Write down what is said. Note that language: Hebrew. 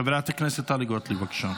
חברת הכנסת טלי גוטליב, בבקשה.